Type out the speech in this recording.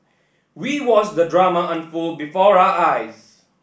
we watched the drama unfold before our eyes